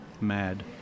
Mad